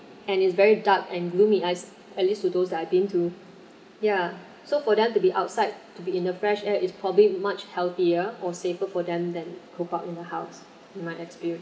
and it's very dark and gloomy at at least to those I've been to yeah so for them to be outside to be in the fresh air is probably much healthier or safer for them than cooped up in the house my experience